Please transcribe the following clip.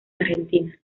argentina